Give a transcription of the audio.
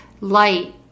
light